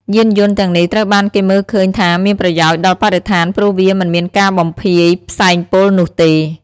យានយន្តទាំងនេះត្រូវបានគេមើលឃើញថាមានប្រយោជន៍ដល់បរិស្ថានព្រោះវាមិនមានការបំភាយផ្សែងពុលនោះទេ។